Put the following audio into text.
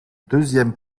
deuxième